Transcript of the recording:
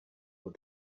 what